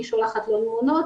היא שולחת לו תמונות,